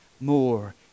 more